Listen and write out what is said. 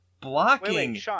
blocking